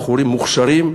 בחורים מוכשרים,